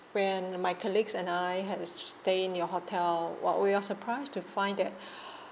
when my colleagues and I had a stay in your hotel what we are surprised to find that